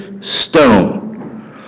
stone